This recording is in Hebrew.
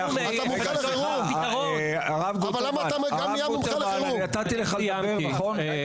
סליחה הרב גוטרמן נתתי לך לדבר מספיק.